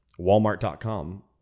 walmart.com